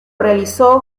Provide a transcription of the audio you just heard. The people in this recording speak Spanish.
realizó